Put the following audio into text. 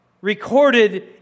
recorded